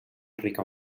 rica